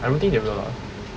I don't think they will lah